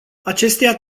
acestea